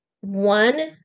one